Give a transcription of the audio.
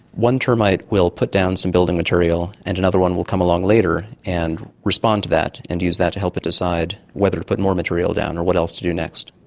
one termite will put down some building material and another one will come along later and respond to that and use that to help it decide whether to put more material down or what else to do next.